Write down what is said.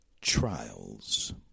Trials